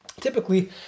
typically